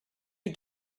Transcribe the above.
you